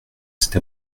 cette